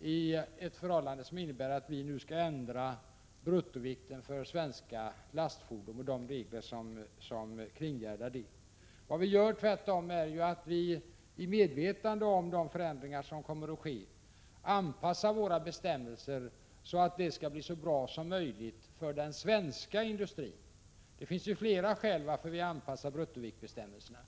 i ett förhållande, som innebär att vi nu skall ändra bruttovikten för svenska lastfordon och andra regler som kringgärdar dem. Tvärtom, i medvetande om de förändringar som kommer att ske anpassar vi våra bestämmelser så att de skall kunna bli så bra som möjligt för den svenska industrin. Det finns flera skäl till att vi anpassar bruttoviktsbestämmelserna.